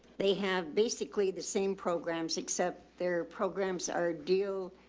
they have basically the same programs except their programs, our deal,